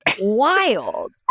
Wild